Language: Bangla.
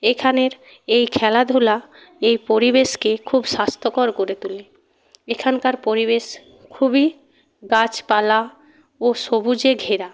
এখানের এই খেলাধূলা এই পরিবেশকে খুব স্বাস্থ্যকর করে তোলে এখানকার পরিবেশ খুবই গাছপালা ও সবুজে ঘেরা